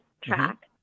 track